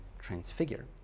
transfigure